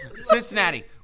Cincinnati